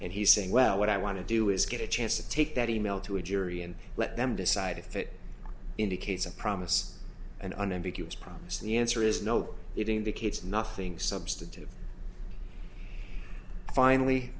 and he's saying well what i want to do is get a chance to take that e mail to a jury and let them decide if it indicates a promise an unambiguous promise the answer is no it indicates nothing substantive finally